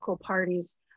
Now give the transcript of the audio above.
parties